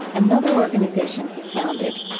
another organization he founded.